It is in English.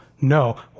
no